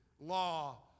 law